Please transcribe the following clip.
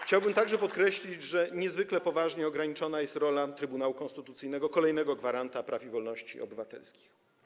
Chciałbym także podkreślić, że niezwykle poważnie ograniczona jest rola Trybunału Konstytucyjnego - kolejnego gwaranta praw i wolności obywatelskich.